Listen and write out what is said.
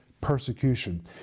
persecution